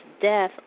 death